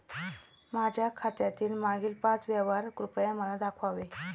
माझ्या खात्यातील मागील पाच व्यवहार कृपया मला दाखवावे